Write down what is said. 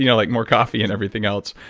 you know like more coffee and everything else,